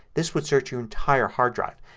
this would search your entire hard drive.